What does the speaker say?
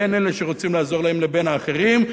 בין אלה שרוצים לעזור להם לבין אחרים,